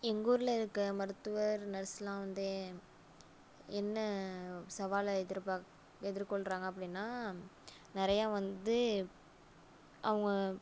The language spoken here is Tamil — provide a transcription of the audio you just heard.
எங்கூர்ல இருக்க மருத்துவர் நர்ஸ்லாம் வந்து என்ன சவாலை எதிர்பார்க்க எதிர்க்கொள்கிறாங்க அப்படின்னா நிறையா வந்து அவங்க